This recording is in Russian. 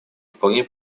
вполне